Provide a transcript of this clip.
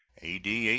a d.